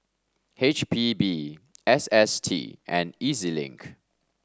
H P B S S T and E Z Link